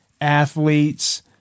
athletes